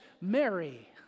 Mary